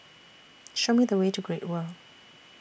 Show Me The Way to Great World